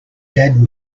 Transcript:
dad